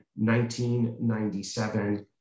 1997